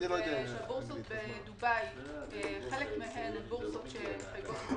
שהבורסות בדובאי, חלק מהן מחייבות אנגלית,